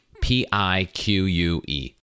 P-I-Q-U-E